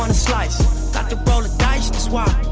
ah slice? got to roll the dice. that's